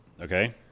okay